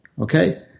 okay